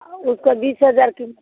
उसका बीस हज़ार क़ीमत है